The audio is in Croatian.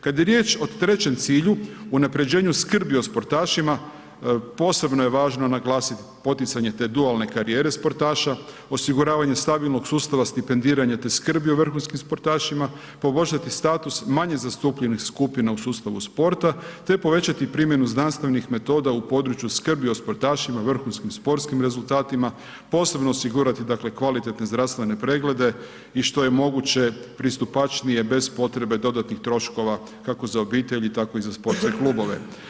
Kad je riječ o trećem cilju, unapređenju skrbi o sportašima posebno je važno naglasiti poticanje te dualne karijere sportaša, osiguravanje stabilnog sustava stipendiranja te skrbi o vrhunskim sportašima, poboljšati status manje zastupljenih skupina u sustavu sporta te povećati primjenu znanstvenih metoda u području skrbi o sportašima, vrhunskim sportskim rezultatima, posebno osigurati dakle kvalitetne zdravstvene preglede i što je moguće pristupačnije bez potrebe dodatnih troškova kako za obitelj tako i za sportske klubove.